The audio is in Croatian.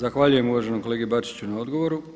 Zahvaljujem uvaženom kolegi Bačiću na odgovoru.